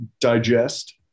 digest